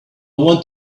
want